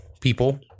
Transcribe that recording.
people